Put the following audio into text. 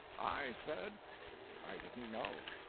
i said i didn't know.